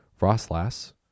Frostlass